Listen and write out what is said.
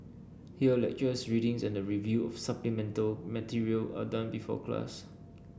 here lectures readings and the review of supplemental material are done before class